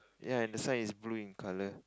ya that's one is blue in color